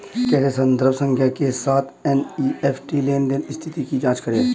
कैसे संदर्भ संख्या के साथ एन.ई.एफ.टी लेनदेन स्थिति की जांच करें?